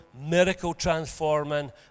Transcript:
miracle-transforming